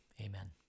Amen